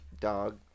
dog